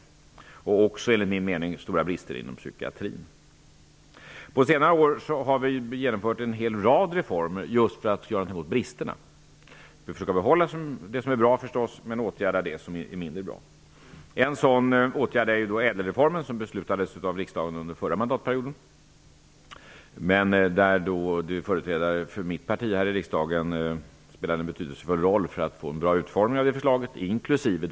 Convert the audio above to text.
Brister inom psykiatrin har, enligt min mening, också förelegat. Under senare år har vi genomfört en rad reformer just för att göra något åt bristerna. Vi skall försöka behålla det som är bra, men åtgärda det som är mindre bra. En sådan åtgärd är ÄDEL-reformen, som beslutades av riksdagen under den förra mandatperioden. Företrädare för mitt parti spelade då en betydelsefull roll för att få en bra utformning av det förslaget, inkl.